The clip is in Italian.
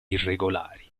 irregolari